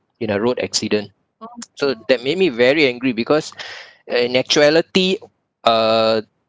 in a road accident so that made me very angry because in actuality uh